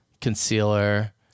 concealer